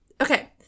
okay